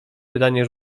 pytanie